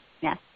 Yes